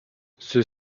ceux